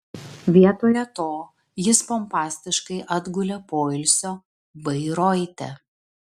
vietoje to jis pompastiškai atgulė poilsio bairoite